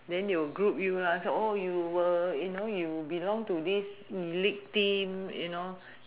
then you'll group you are say oh you were you know you belong to this elite team you know